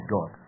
God